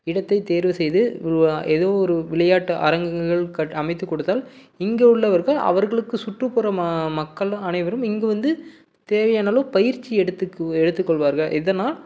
இடத்தை தேர்வு செய்து உருவா ஏதோ ஒரு விளையாட்டு அரங்கங்கள் கட் அமைத்து கொடுத்தால் இங்கு உள்ளவர்கள் அவர்களுக்கு சுற்றுப்புற மா மக்களும் அனைவரும் இங்கு வந்து தேவையான அளவு பயிற்சி எடுத்துக்கு எடுத்துக்கொள்வார்கள் இதனால்